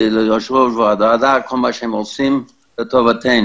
ליושב-ראש הוועדה על כל מה שהם עושים לטובתנו.